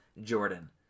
Jordan